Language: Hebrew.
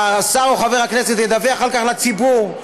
השר או חבר הכנסת ידווח על כך לציבור.